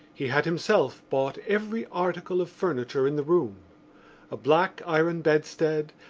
he had himself bought every article of furniture in the room a black iron bedstead,